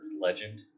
legend